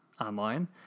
online